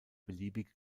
beliebige